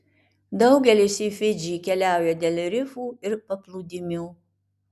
daugelis į fidžį keliauja dėl rifų ir paplūdimių